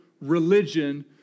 religion